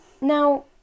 now